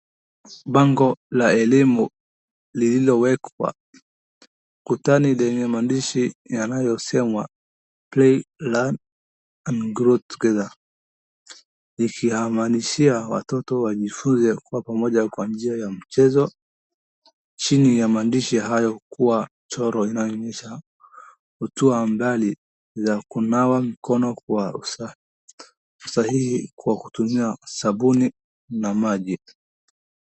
Bango la elimu lililowekwa kutani lenye maandishi yanayosema play, learn and grow together .ikiyamaanishia watoto wajifunze kukaa pamoja kwa njia ya michezo. Chini ya maandishi hayo kuna mchoro unaoonyesha hatua mbali za kunawa mikono kwa usahihi kwa kutumia sabuni na maji.